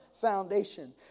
foundation